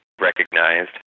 recognized